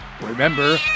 Remember